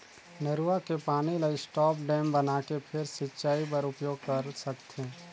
नरूवा के पानी ल स्टॉप डेम बनाके फेर सिंचई बर उपयोग कर सकथे